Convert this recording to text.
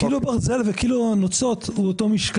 זה כאילו הנוצות והברזל הם אותו משקל.